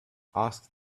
ask